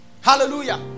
hallelujah